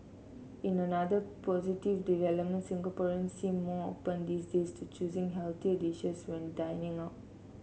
in another positive development Singaporeans seem more open these days to choosing healthier dishes when dining out